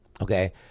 okay